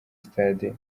stade